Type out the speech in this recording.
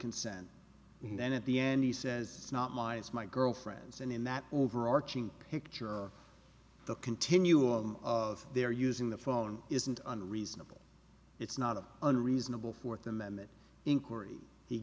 consent and then at the end he says it's not my it's my girlfriend's and in that overarching picture of the continuum of they're using the phone isn't unreasonable it's not unreasonable fourth amendment inquiry he